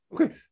Okay